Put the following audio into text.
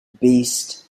beast